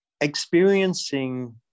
experiencing